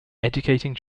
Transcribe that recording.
educating